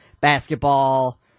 basketball